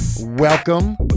Welcome